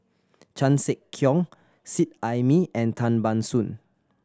Chan Sek Keong Seet Ai Mee and Tan Ban Soon